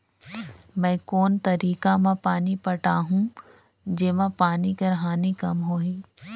मैं कोन तरीका म पानी पटाहूं जेमा पानी कर हानि कम होही?